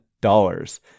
dollars